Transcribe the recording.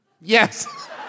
Yes